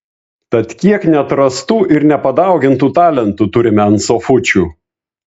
tad kiek neatrastų ir nepadaugintų talentų turime ant sofučių